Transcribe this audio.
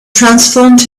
transformed